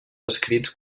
escrits